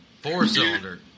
Four-cylinder